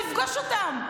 תפגוש אותן.